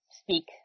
speak